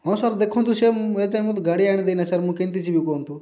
ହଁ ସାର୍ ଦେଖନ୍ତୁ ସିଏ ଏ ଯାଏଁ ମୋତେ ଗାଡ଼ି ଆଣି ଦେଇ ନାହିଁ ସାର୍ ମୁଁ କେମତି ଯିବି କୁହନ୍ତୁ